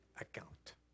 account